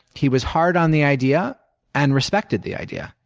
he was hard on the idea and respected the idea,